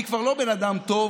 אני כבר לא בן אדם טוב,